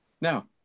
Now